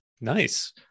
Nice